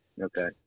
Okay